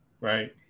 right